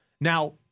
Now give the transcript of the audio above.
Now